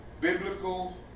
biblical